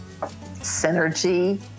synergy